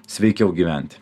sveikiau gyvent